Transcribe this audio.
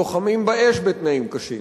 לוחמים באש בתנאים קשים,